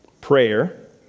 Prayer